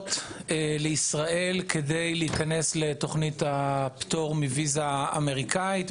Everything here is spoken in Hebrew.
מישראל כדי להיכנס לתכנית הפטור מוויזה אמריקאית.